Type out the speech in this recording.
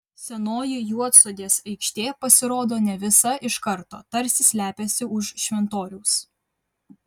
senoji juodsodės aikštė pasirodo ne visa iš karto tarsi slepiasi už šventoriaus